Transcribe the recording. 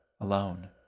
alone